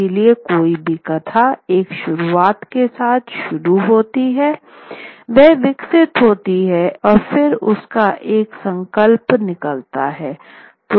इसलिए कोई भी कथा एक शुरुआत के साथ शुरू होती है वह विकसित होती है और फिर उसका एक संकल्प निकलता है